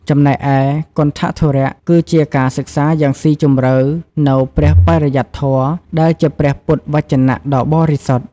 ចំណែកឯ គន្ថធុរៈ គឺជាការសិក្សាយ៉ាងស៊ីជម្រៅនូវ ព្រះបរិយត្តិធម៌ ដែលជាព្រះពុទ្ធវចនៈដ៏បរិសុទ្ធ។